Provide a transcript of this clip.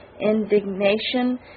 Indignation